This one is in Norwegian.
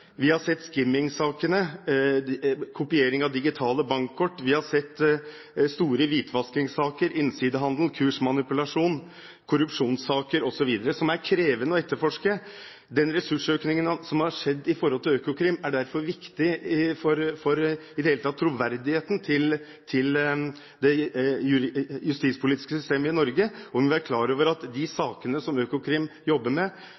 Vi har sett skimmingsakene, kopiering av digitale bankkort. Vi har sett store hvitvaskingssaker, innsidehandel, kursmanipulasjon, korrupsjonssaker osv., som er krevende å etterforske. Den ressursøkningen som har skjedd knyttet til Økokrim, er derfor viktig for i det hele tatt troverdigheten til det justispolitiske systemet i Norge. Vi må være klar over at i de sakene som Økokrim jobber med,